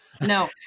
No